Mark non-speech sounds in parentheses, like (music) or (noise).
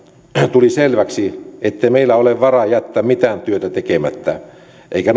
tuli selväksi ettei meillä ole varaa jättää mitään työtä tekemättä eikä (unintelligible)